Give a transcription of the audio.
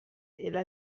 إلى